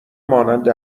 مانند